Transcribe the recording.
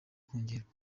kongerwa